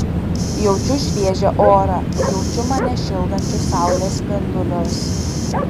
jaučiu šviežią orą jaučiu mane šildančius saulės spindulius